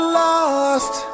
lost